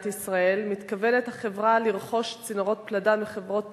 ישראל החברה מתכוונת לרכוש צינורות פלדה מחברות טורקיות?